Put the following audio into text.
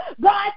God